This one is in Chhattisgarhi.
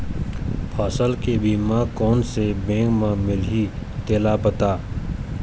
फसल के बीमा कोन से बैंक म मिलही तेला बता?